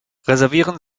reservieren